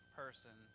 person